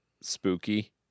spooky